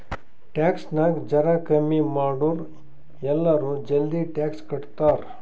tax ನಾಗ್ ಜರಾ ಕಮ್ಮಿ ಮಾಡುರ್ ಎಲ್ಲರೂ ಜಲ್ದಿ ಟ್ಯಾಕ್ಸ್ ಕಟ್ತಾರ್